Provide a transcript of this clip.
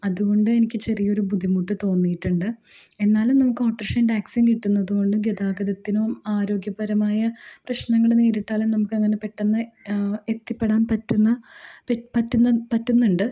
അതുകൊണ്ട് എനിക്ക് ചെറിയൊരു ബുദ്ധിമുട്ട് തോന്നിയിട്ടുണ്ട് എന്നാലും നമുക്ക് ഓട്ടോറിക്ഷയും ടാക്സിയും കിട്ടുന്നതുകൊണ്ട് ഗതാഗതത്തിനും ആരോഗ്യപരമായ പ്രശ്നങ്ങൾ നേരിട്ടാലും നമുക്ക് അങ്ങനെ പെട്ടെന്ന് എത്തിപ്പെടാൻ പറ്റുന്ന പറ്റുന്ന പറ്റുന്നുണ്ട്